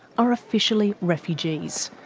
are officially refugees.